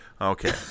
Okay